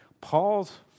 Paul's